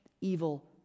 evil